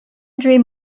dream